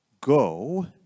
go